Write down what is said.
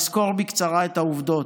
אסקור בקצרה את העובדות: